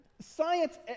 science